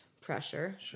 pressure